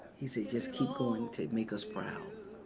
he said, just keep going to make us proud.